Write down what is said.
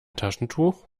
taschentuch